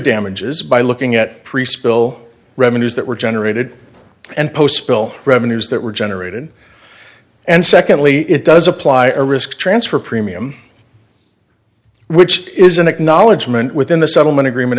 damages by looking at preschool revenues that were generated and postville revenues that were generated and secondly it does apply a risk transfer premium which is an acknowledgement within the settlement agreement